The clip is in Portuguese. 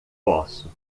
posso